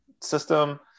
system